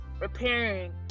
repairing